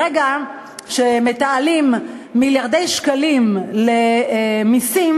ברגע שמתעלים מיליארדי שקלים למסים,